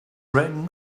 written